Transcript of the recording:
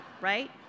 right